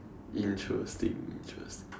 interesting interesting